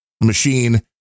machine